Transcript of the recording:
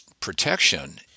protection